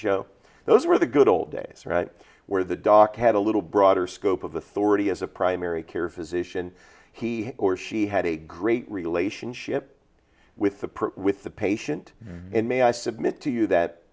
show those were the good old days right where the doc had a little broader scope of authority as a primary care physician he or she had a great relationship with the pro with the patient may i submit to you that